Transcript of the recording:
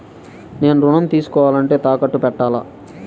నేను ఋణం తీసుకోవాలంటే తాకట్టు పెట్టాలా?